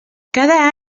cada